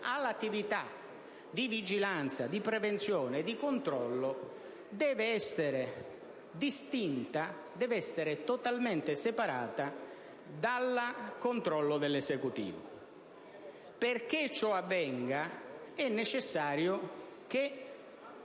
all'attività di vigilanza, di prevenzione e di controllo deve essere totalmente separato dal controllo dell'Esecutivo. Perché ciò avvenga, è necessario che